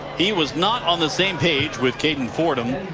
he was not on the same page with caden fordham,